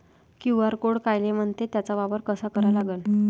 QR code कायले म्हनते, त्याचा वापर कसा करा लागन?